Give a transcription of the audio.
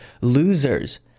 losers